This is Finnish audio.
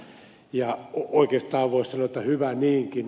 oikeastaan voisi sanoa että hyvä niinkin